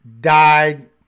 died